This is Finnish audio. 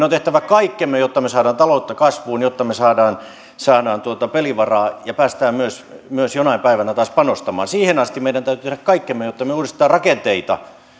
on tehtävä kaikkemme jotta me saamme taloutta kasvuun jotta me saamme pelivaraa ja pääsemme myös jonain päivänä taas panostamaan siihen asti meidän täytyy tehdä kaikkemme jotta me uudistamme rakenteita